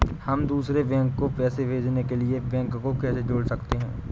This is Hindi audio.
हम दूसरे बैंक को पैसे भेजने के लिए बैंक को कैसे जोड़ सकते हैं?